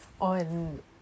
on